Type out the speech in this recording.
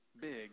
big